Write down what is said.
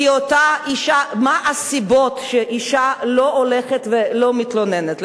מה הסיבות שאשה לא הולכת ולא מתלוננת?